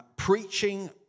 Preaching